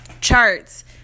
charts